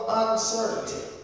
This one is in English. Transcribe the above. uncertainty